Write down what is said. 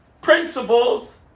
principles